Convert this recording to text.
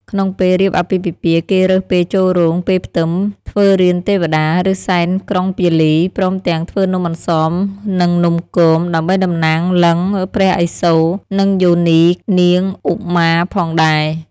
ក្នុងពេលរៀបអាពាហ៍ពិពាហ៍ គេរើសពេលចូលរោង ពេលផ្ទឹម ធ្វើរានទេវតា ឬសែនក្រុងពាលី ព្រមទាំងធ្វើនំអន្សម និងនំគម ដើម្បីតំណាងលិង្គ ព្រះឥសូរ និងយោនីនាងឧមាផងដែរ។